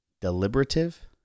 Deliberative